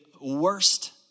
worst